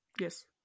Yes